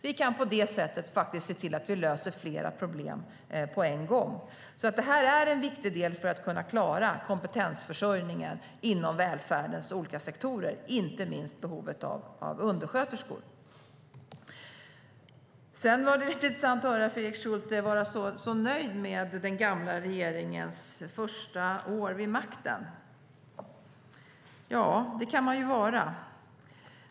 Vi kan på det sättet lösa flera problem på en gång. Det är alltså en viktig del för att klara kompetensförsörjningen inom välfärdens olika sektorer. Inte minst gäller det behovet av undersköterskor. Det var intressant att höra Fredrik Schulte vara så nöjd med den tidigare regeringens första år vid makten. Ja, det kan man vara.